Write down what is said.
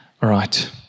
right